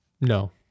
No